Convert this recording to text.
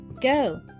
Go